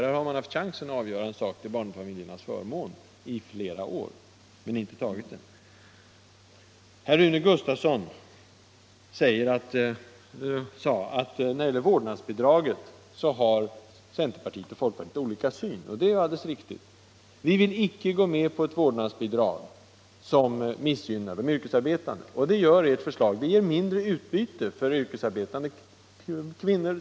Här har man haft chansen att avgöra en sak till barnfamiljernas förmån i flera år, men inte tagit den. Rune Gustavsson sade att centerpartiet och folkpartiet har olika syn på vårdnadsbidraget. Det är alldeles riktigt. Vi vill inte gå med på ett vårdnadsbidrag som missgynnar de yrkesarbetande, och det gör ert förslag. Det ger mindre utbyte för yrkesarbetande kvinnor.